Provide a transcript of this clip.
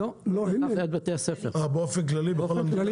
לא ליד בתי הספר, באופן כללי.